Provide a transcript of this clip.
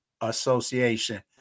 Association